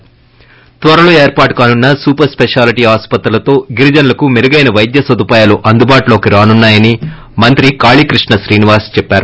ి త్వరలో ఏర్పాటు కానున్న సూపర్ స్పెషాలిటీ ఆసుపత్రులతో గిరిజనులకు మెరుగైన పైద్య సదుపాయాలు అందుబాటులోకి రానున్నా ని మంత్రి కాళీకృష్ణ శ్రీనివాస్ చెప్పారు